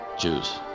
Jews